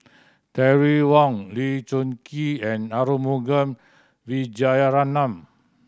Terry Wong Lee Choon Kee and Arumugam Vijiaratnam